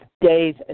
Days